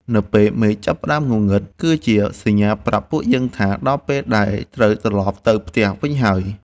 នៅពេលមេឃចាប់ផ្ដើមងងឹង គឺជាសញ្ញាប្រាប់ពួកយើងថា ដល់ពេលដែលត្រូវត្រឡប់ទៅផ្ទះវិញហើយ។